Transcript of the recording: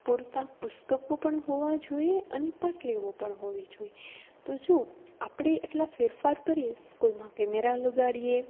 પૂરતા પુસ્તકો પણ હોવા જોઈએ અને પાટલીઓ પણ હોવી જોઈએ તો જો આપણે એટલા ફેરફાર કરીએ સ્કૂલમાં કેમેરા લગાવીએ